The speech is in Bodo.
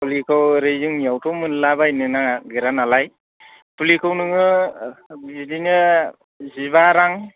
फुलिखौ ओरै जोंनियावथ' मोनला बायनो नागिरा नालाय फुलिखौ नोङो बिदिनो जिबा रां